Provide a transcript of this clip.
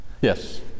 Yes